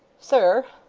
sir,